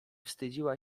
wstydziła